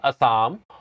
Assam